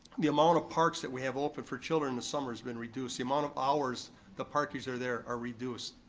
the amount of parks that we have open for children in the summer has been reduced, the amount of hours the parks are there are reduced.